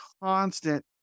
constant